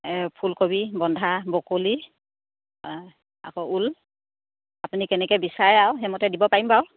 এই ফুলকবি বন্ধা বকলি আকৌ ওল আপুনি কেনেকৈ বিচাৰে আৰু সেইমতে দিব পাৰিম বাৰু